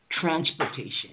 transportation